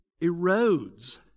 erodes